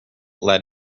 let